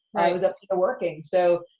was up there working. so,